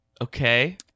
Okay